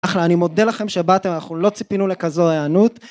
אחלה אני מודה לכם שבאתם אנחנו לא ציפינו לכזו הענות